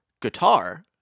guitar